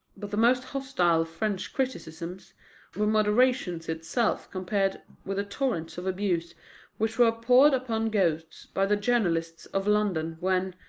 but the most hostile french criticisms were moderation itself compared with the torrents of abuse which were poured upon ghosts by the journalists of london when,